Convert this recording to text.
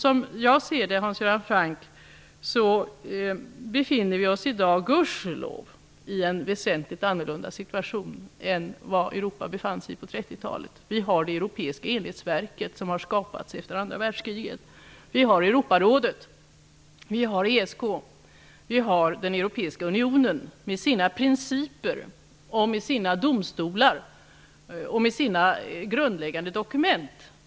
Som jag ser det befinner vi oss i dag gudskelov i en väsentligt annorlunda situation än den som Europa befann sig i på 30-talet. Vi har det europeiska enhetsverket som har skapats efter andra världskriget. Det finns Europarådet, ESK och den europeiska unionen med sina principer, med sina domstolar och med sina grundläggande dokument.